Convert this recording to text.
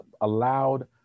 allowed